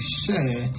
share